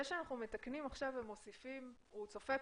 זה שאנחנו מתקנים ומוסיפים, הוא עדיין צופה